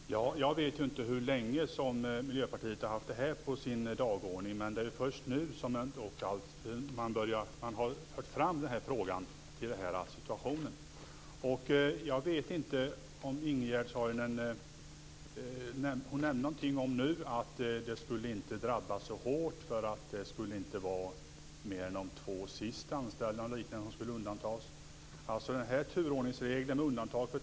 Fru talman! Jag vet ju inte hur länge som Miljöpartiet har haft detta förslag på sin dagordning. Men det är först nu som man har fört fram det. Ingegerd Saarinen nämnde någonting om att det inte skulle drabba så hårt eftersom det bara var de två sist anställda som kunde undantas.